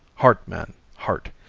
heart, man, heart!